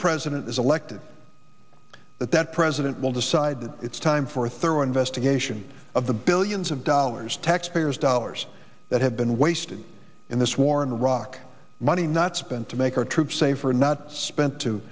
president is elected that president will decide it's time for thorough investigation of the billions of dollars taxpayers dollars that have been wasted in this war in iraq money not spent to make our troops safer not spent to